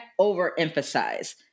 overemphasize